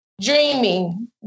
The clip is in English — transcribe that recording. dreaming